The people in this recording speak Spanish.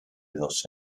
dos